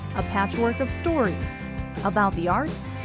a patchwork of stories about the art,